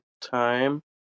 time